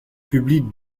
publient